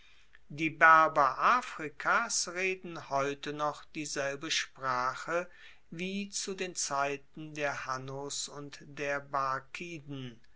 die berber afrikas reden heute noch dieselbe sprache wie zu den zeiten der hannos und der